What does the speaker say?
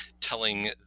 telling